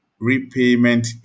repayment